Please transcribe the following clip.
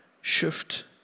shift